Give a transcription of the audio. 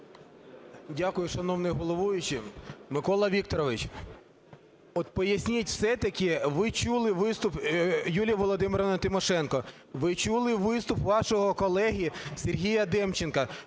Дякую, шановний головуючий. Микола Вікторович, от поясніть все-таки, ви чули виступ Юлії Володимирівни Тимошенко, ви чули виступ вашого колеги Сергія Демченка,